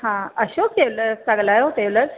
हा अशोक ट्रेवलर्स ता ॻालायो टेवलर्स